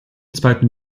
zweiten